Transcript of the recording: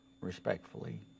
respectfully